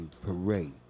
Parade